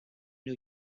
new